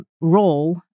role